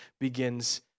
begins